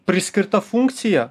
priskirta funkcija